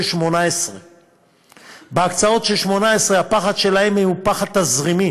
2018. בהקצאות של 2018 הפחד שלהם הוא פחד תזרימי.